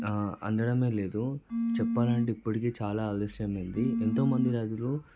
అందడమే లేదు చెప్పాలంటే ఇప్పటికే చాలా ఆలస్యం అయింది ఎంతో మంది రైతులు